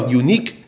unique